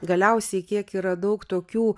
galiausiai kiek yra daug tokių